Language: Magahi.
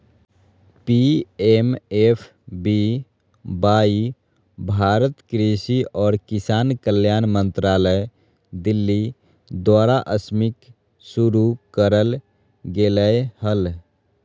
पी.एम.एफ.बी.वाई भारत कृषि और किसान कल्याण मंत्रालय दिल्ली द्वारास्कीमशुरू करल गेलय हल